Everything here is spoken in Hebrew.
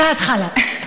מהתחלה: